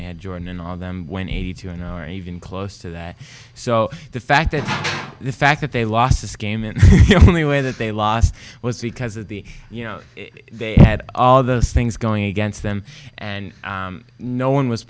they had jordan and all of them went eighty two an hour and even close to that so the fact that the fact that they lost this game and you only way that they lost was because of the you know they had all those things going against them and no one was